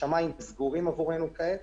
השמיים סגורים עבורנו כעת